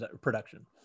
production